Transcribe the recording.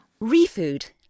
ReFood